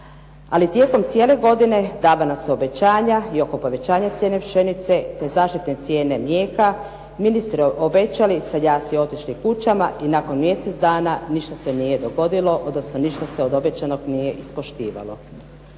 ali tijekom cijele godine davana su obećanja i oko povećanja cijene pšenice te zaštitne cijene mlijeka, ministri obećali, seljaci otišli kućama i nakon mjesec dana ništa se nije dogodilo, odnosno ništa se od obećanog nije ispoštivalo.